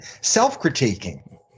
self-critiquing